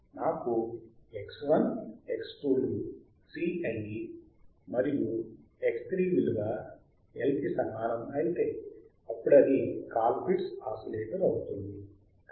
నాకు X1 X2 లు C అయి మరియు X3 విలువ L సమానం అయితే అప్పుడు అది కాల్ పిట్స్ ఆసిలేటర్ అవుతుంది